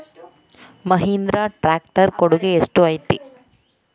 Mahindra tractor ಕೊಡುಗೆ ಎಷ್ಟು ಐತಿ?